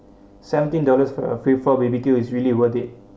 seventeen dollars for a free flow B_B_Q is really worth it